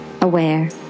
aware